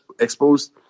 exposed